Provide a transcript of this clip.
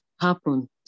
happen